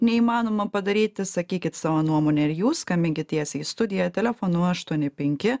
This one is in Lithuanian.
neįmanoma padaryti sakykit savo nuomonę ir jūs skambinkit tiesiai į studiją telefonu aštuoni penki